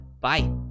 bye